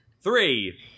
three